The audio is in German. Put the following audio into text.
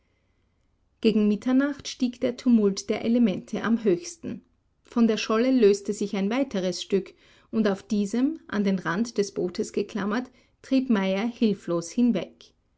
gegen mitternacht stieg der tumult der elemente am höchsten von der scholle löste sich ein weiteres stück und auf diesem an den rand des bootes geklammert trieb meyer hilflos hinweg